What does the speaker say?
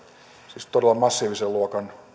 siis todella massiivisen luokan